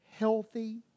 Healthy